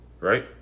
Right